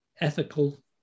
ethical